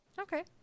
Okay